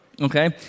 okay